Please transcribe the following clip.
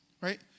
right